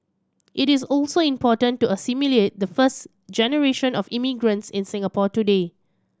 it is also important to assimilate the first generation of immigrants in Singapore today